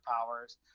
powers